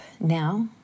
now